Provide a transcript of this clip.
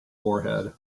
warhead